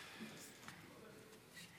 חברי